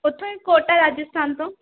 ਉੱਥੋਂ ਹੀ ਕੋਟਾ ਰਾਜਸਥਾਨ ਤੋਂ